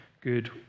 good